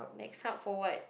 next hub for what